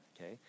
okay